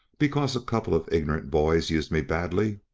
because a couple of ignorant boys used me badly?